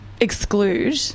exclude